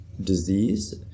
disease